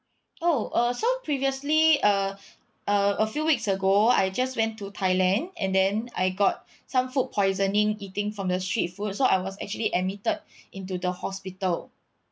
oh uh so previously uh uh a few weeks ago I just went to thailand and then I got some food poisoning eating from the street food so I was actually admitted into the hospital